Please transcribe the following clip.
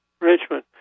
Richmond